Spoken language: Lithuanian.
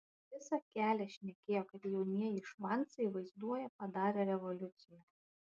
visą kelią šnekėjo kad jaunieji švancai vaizduoja padarę revoliuciją